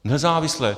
Nezávislé.